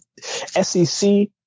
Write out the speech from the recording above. SEC